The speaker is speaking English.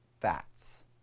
fats